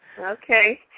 Okay